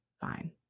fine